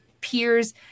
peers